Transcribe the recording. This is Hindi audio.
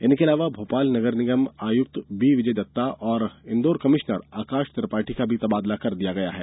इनके अलावा भोपाल नगर निगम आयुक्त बी विजय दत्ता और इंदौर कमिश्नर आकाश त्रिपाठी का भी तबादला कर दिया गया है